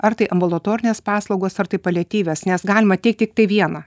ar tai ambulatorinės paslaugos ar tai paliatyvios nes galima teikt tiktai vieną